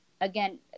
again